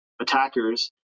attackers